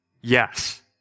Yes